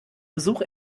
besuch